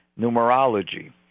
numerology